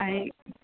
এই